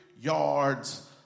yards